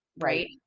right